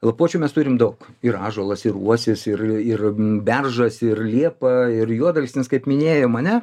lapuočių mes turim daug ir ąžuolas ir uosis ir ir beržas ir liepa ir juodalksnis kaip minėjom ane